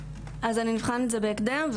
אני אבחן את זה בהקדם.